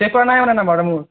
save কৰা নাই মানে নাম্বাৰটো মোৰ